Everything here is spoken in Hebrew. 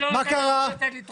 מה קרה?